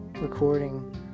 recording